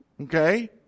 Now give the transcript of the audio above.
okay